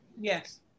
Yes